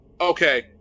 okay